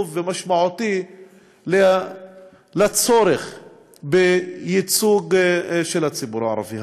ומשמעותי לצורך בייצוג של הציבור הערבי.